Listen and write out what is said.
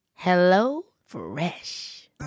HelloFresh